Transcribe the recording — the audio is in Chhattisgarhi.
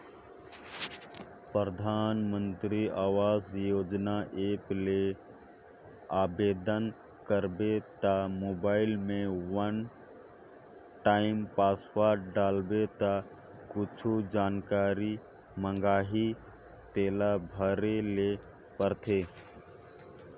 परधानमंतरी आवास योजना ऐप ले आबेदन करबे त मोबईल में वन टाइम पासवर्ड डालबे ता कुछु जानकारी मांगही तेला भरे ले परथे